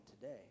today